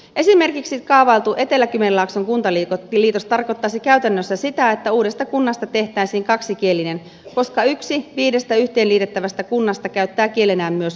esimerkiksi kaavailtu etelä kymenlaakson kuntaliitos tarkoittaisi käytännössä sitä että uudesta kunnasta tehtäisiin kaksikielinen koska yksi viidestä yhteen liitettävästä kunnasta käyttää kielenään myös ruotsia